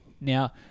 Now